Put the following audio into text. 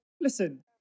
listen